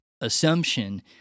assumption